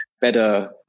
better